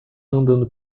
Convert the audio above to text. andando